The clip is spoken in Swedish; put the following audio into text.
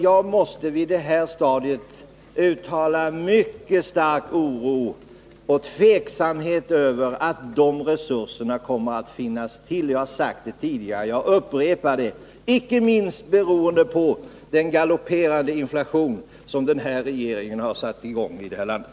Jag måste på det här stadiet uttala mycket stark oro och tveksamhet när det gäller om dessa resurser kommer att finnas — jag har sagt det tidigare, och jag upprepar det — icke minst beroende på den galopperande inflation som den här regeringen har satt i gång i landet.